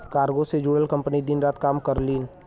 cargo से जुड़ल company दिन रात काम करलीन